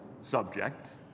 subject